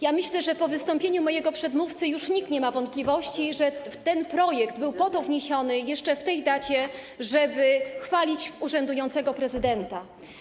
Ja myślę, że po wystąpieniu mojego przedmówcy już nikt nie ma wątpliwości, że ten projekt był po to wniesiony jeszcze w tym momencie, z tą datą, żeby chwalić urzędującego prezydenta.